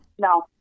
No